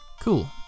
Cool